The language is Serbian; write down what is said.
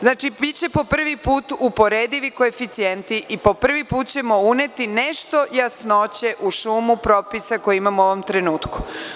Znači, biće po prvi put uporedivi koeficijenti i po prvi put ćemo uneti nešto jasnoće u šumu propisa koji imamo u ovom trenutku.